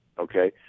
okay